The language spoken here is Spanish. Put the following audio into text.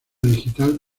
digital